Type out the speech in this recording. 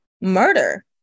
murder